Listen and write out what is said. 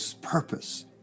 purpose